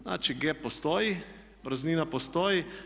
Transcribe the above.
Znači G postoji, praznina postoji.